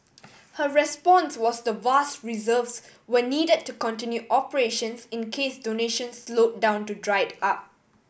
her response was the vast reserves were needed to continue operations in case donations slowed down to dried up